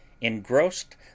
engrossed